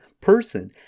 person